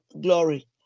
glory